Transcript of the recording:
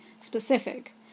specific